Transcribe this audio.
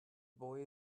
boy